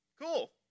Cool